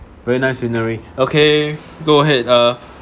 very nice scenery okay go ahead uh